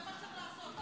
זה מה שצריך לעשות,